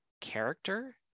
character